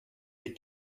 des